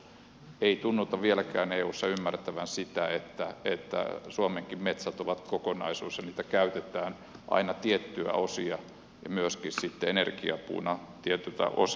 ei tunnuta vieläkään eussa ymmärrettävän sitä että suomenkin metsät on kokonaisuus ja niistä käytetään aina tiettyjä osia ja myöskin sitten energiapuuna tietyiltä osin